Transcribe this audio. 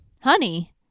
Honey